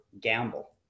gamble